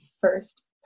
first